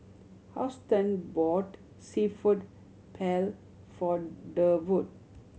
Houston brought Seafood Paella for Durwood